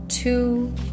Two